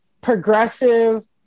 progressive